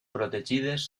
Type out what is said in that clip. protegides